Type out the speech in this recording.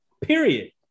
Period